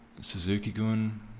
Suzuki-gun